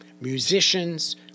Musicians